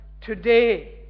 Today